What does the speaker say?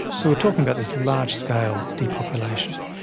so we're talking about this large-scale depopulation.